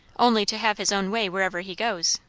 only to have his own way wherever he goes,